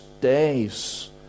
days